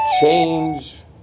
change